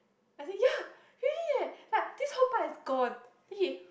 I say ya really eh like this whole part is gone then he